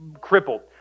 crippled